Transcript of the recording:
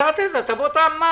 צריך לתת את הטבות המס,